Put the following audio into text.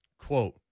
Quote